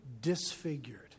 disfigured